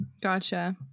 gotcha